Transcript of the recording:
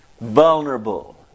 vulnerable